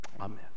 Amen